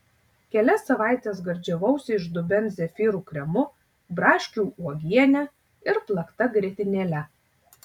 kelias savaites gardžiavausi iš dubens zefyrų kremu braškių uogiene ir plakta grietinėle